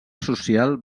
social